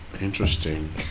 Interesting